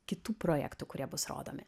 kitų projektų kurie bus rodomi